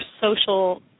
social